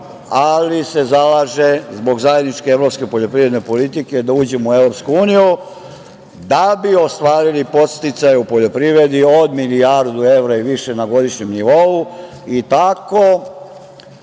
se zalaže zbog zajedničke evropske poljoprivredne politike da uđemo u EU da bi ostvarili podsticaje u poljoprivredi od milijardu evra i više na godišnjem nivou i tako